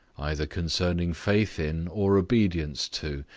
either concerning faith in, or obedience to,